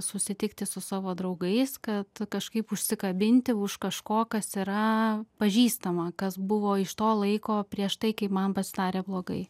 susitikti su savo draugais kad kažkaip užsikabinti už kažko kas yra pažįstama kas buvo iš to laiko prieš tai kai man pasidarė blogai